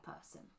person